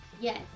Yes